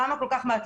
למה כל כך מעט,